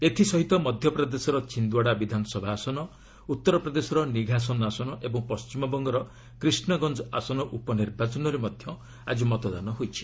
ଏଥିସହିତ ମଧ୍ୟପ୍ରଦେଶର ଛିନ୍ଦ୍ୱାଡ଼ା ବିଧାନସଭା ଆସନ ଉତ୍ତର ପ୍ରଦେଶର ନିଘାସନ ଆସନ ଓ ପଣ୍ଟିମବଙ୍ଗର କ୍ରିଷ୍ଣଗଞ୍ଜ ଆସନ ଉପନିର୍ବାଚନରେ ମଧ୍ୟ ଆଜି ମତଦାନ ହୋଇଛି